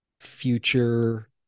future